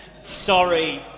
Sorry